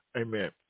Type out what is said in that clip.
amen